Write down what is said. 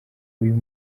uyu